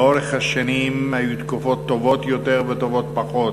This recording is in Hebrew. לאורך השנים היו תקופות טובות יותר וטובות פחות,